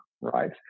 right